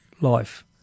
life